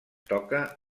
toca